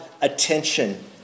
attention